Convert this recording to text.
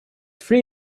three